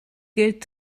gilt